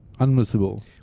Unmissable